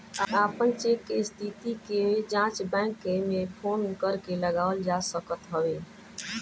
अपन चेक के स्थिति के जाँच बैंक में फोन करके लगावल जा सकत हवे